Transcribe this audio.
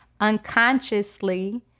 unconsciously